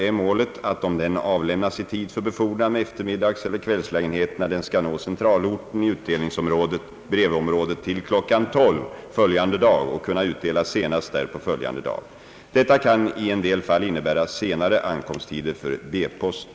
— är målet, att om den avlämnas i tid för befordran med eftermiddagseller kvällslägenheterna den skall nå centralorten i utdelningsområdet till kl. 12.00 följande dag och kunna utdelas senast därpå följande dag. Detta kan i en del fall innebära senare ankomsttider för B-posten.